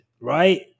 right